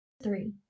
three